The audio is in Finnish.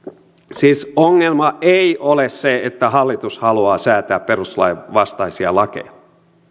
siis ongelma ei ole se että hallitus haluaa säätää perustuslain vastaisia lakeja